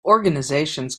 organizations